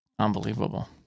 Unbelievable